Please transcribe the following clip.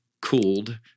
cooled